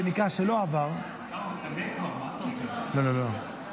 שלא עבר ------ לא, לא.